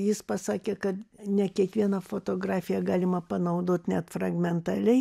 jis pasakė kad ne kiekvieną fotografiją galima panaudot net fragmentaliai